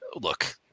Look